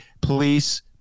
police